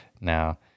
Now